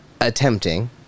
attempting